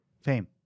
fame